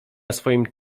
swoim